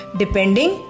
depending